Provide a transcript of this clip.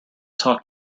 talk